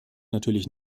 natürlich